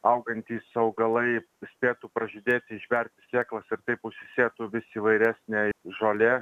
augantys augalai spėtų pražydėti išberti sėklas ir taip užsisėtų vis įvairesnė žolė